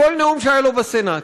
בכל נאום שהיה לו בסנאט,